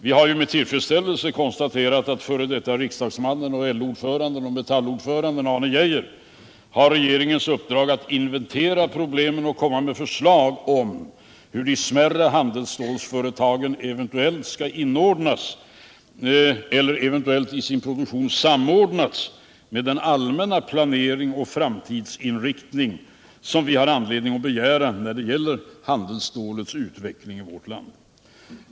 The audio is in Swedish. Vi har ju med tillfredsställelse konstaterat att f.d. riksdagsmannen, LO ordföranden och Metall-ordföranden Arne Geijer har regeringens uppdrag att inventera problemen och komma med förslag om hur de smärre handelsstålsföretagen eventuellt skall inordnas eller beträffande produktionen eventuellt samordnas med den allmänna planering och framtidsinriktning som vi har anledning att begära när det gäller handelsstålets utveckling i vårt land.